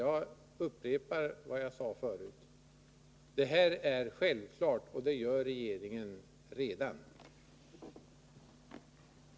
Jag upprepar vad jag sade förut: Det är självklart att regeringen kommer att följa rättstillämpningen på området — det gör den redan.